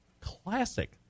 classic